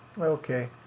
Okay